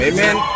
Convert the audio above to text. Amen